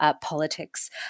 politics